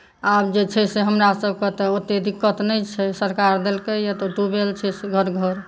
आब जे छै से हमरा सभकेँ तऽ ओतेक दिक्कत नहि छै सरकार देलकै यऽ तऽ ट्यूवेल सभ घर घर